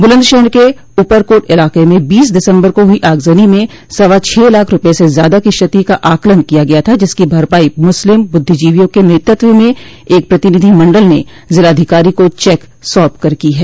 बुलंदशहर के उपरकोट इलाके में बीस दिसम्बर को हुई आगजनी में सवा छह लाख रूपये से ज्यादा की क्षति का आकलन किया गया था जिसकी भरपाई मुस्लिम बुद्धिजीवियों के नेतृत्व में एक प्रतिनिधि मंडल ने ज़िलाधिकारी को चेक सौप कर की है